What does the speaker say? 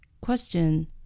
Question